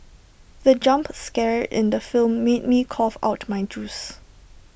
the jump scare in the film made me cough out my juice